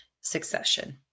succession